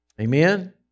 Amen